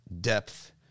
depth